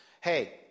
hey